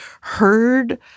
heard